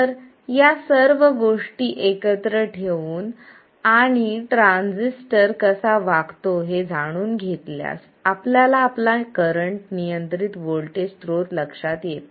तर या सर्व गोष्टी एकत्र ठेवून आणि ट्रान्झिस्टर कसा वागतो हे जाणून घेतल्यास आपल्याला आपला करंट नियंत्रित व्होल्टेज स्त्रोत लक्षात येतो